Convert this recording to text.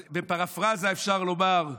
בפרפרזה אפשר לומר: